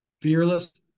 Fearless